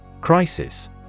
Crisis